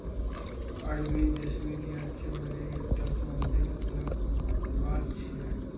अरबी जैस्मीन या चमेली एकटा सुगंधित फूलक गाछ छियै